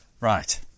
Right